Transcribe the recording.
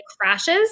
crashes